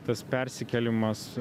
tas persikėlimas